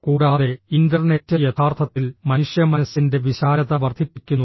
കൂടാതെ ഇന്റർനെറ്റ് യഥാർത്ഥത്തിൽ മനുഷ്യമനസ്സിന്റെ വിശാലത വർദ്ധിപ്പിക്കുന്നു